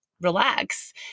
relax